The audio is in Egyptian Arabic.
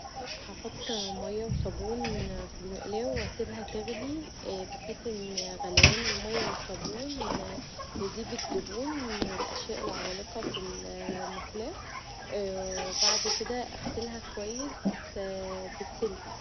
هحط مايه و صابون في المقلاه و أسيبها تغلي بحيث ان غليان المايه و الصابون يذيب الدهون و الأشياء العالقه في المقلاه و بعد كدا اغسلها كويس بالسلك.